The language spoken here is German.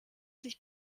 sich